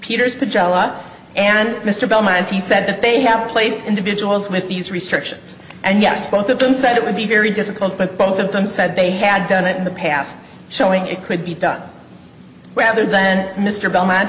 peters to john lott and mr belmonte said they have placed individuals with these restrictions and yes both of them said it would be very difficult but both of them said they had done it in the past showing it could be done rather then mr belmont